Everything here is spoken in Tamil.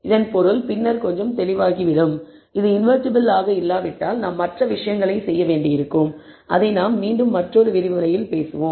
இதன் பொருள் பின்னர் கொஞ்சம் தெளிவாகிவிடும் அது இன்வெர்ட்டிபிள் ஆக இல்லாவிட்டால் நாம் மற்ற விஷயங்களைச் செய்ய வேண்டியிருக்கும் அதை நாம் மீண்டும் மற்றொரு விரிவுரையில் பேசுவோம்